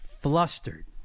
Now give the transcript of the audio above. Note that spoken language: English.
flustered